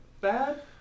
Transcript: bad